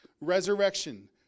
resurrection